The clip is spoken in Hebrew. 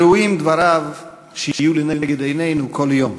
ראויים דבריו שיהיו לנגד עינינו כל יום.